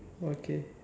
okay